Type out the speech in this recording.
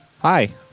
Hi